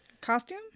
Costume